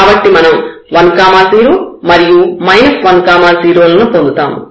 కాబట్టి మనం 10 మరియు 10 లను పొందుతాము